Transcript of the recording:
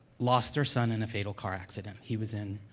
lost their son in a fatal car accident. he was in,